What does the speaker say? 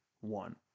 one